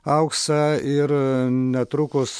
auksą ir netrukus